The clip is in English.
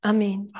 Amen